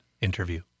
interview